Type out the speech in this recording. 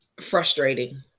Frustrating